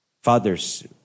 Fathers